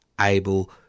able